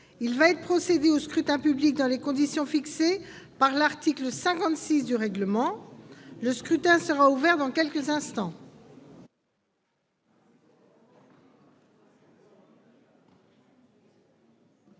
Il va être procédé au scrutin dans les conditions fixées par l'article 56 du règlement. Le scrutin est ouvert. Personne ne demande